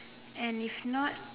and if not